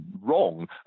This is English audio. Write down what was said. wrong